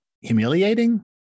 humiliating